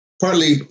partly